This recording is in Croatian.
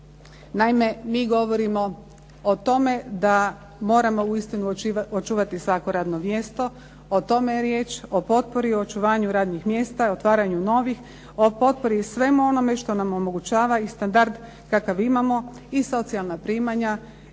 Naime, mi govorimo o tome da moramo uistinu očuvati svako radno mjesto, o tome je riječ, o potpori, o očuvanju radnih mjesta, o otvaranju novih, o potpori svemu onome što nam omogućava i standard kakav imamo i socijalna primanja i pomoć